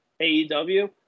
AEW